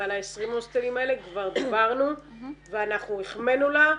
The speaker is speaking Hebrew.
ועל ה-20 הוסטלים האלה כבר דיברנו ואנחנו החמאנו לה,